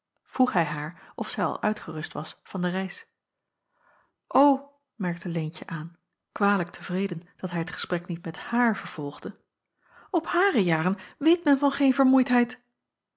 vroeg hij haar of zij al uitgerust was van de reis o merkte leentje aan kwalijk tevreden dat hij t gesprek niet met haar vervolgde op hare jaren weet men van geen vermoeidheid